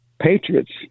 patriots